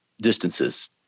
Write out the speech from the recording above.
distances